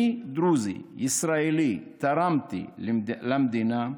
אני דרוזיף ישראלי, תרמתי למדינה,